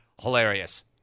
hilarious